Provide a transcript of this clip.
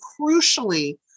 crucially